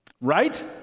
Right